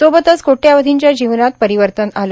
सोबतच कोट्यावधींच्या जीवनात परिवर्तन झाले